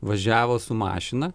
važiavo su mašina